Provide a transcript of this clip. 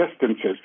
distances